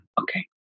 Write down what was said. Okay